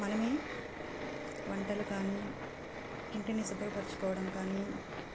మనమే వంటలు కానీ ఇంటిని శుభ్రపరుచుకోవటం కానీ